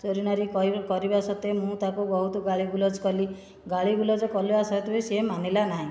ଚୋରି ନାରୀ କରିବା ସତ୍ତ୍ୱେ ମୁଁ ତାକୁ ବହୁତ ଗାଳି ଗୁଲଜ କଲି ଗାଳି ଗୁଲଜ କରିବା ସତ୍ତ୍ୱେ ସେ ମାନିଲା ନାହିଁ